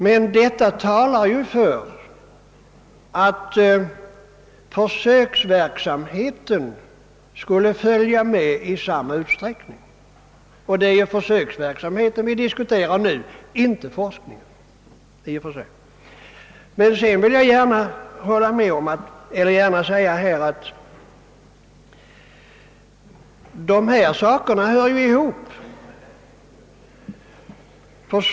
Men detta talar ju för att försöksverksamheten borde följa med i samma takt, och det är ju försöksverksamheten vi diskuterar nu, inte forskningen. Forskningen och försöksverksamheten hör nämligen ihop.